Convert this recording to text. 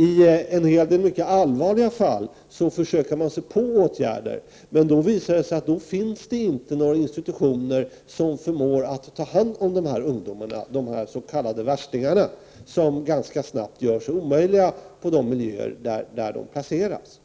I en hel del mycket allvarliga fall försöker man vidta åtgärder, men då visar det sig att det inte finns några institutioner som förmår att ta hand om dessa ungdomar, de s.k. värstingarna, som ganska snabbt gör sig omöjliga i de miljöer där de placeras.